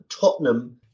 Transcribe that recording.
Tottenham